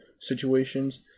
situations